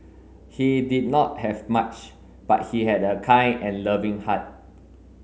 he did not have much but he had a kind and loving heart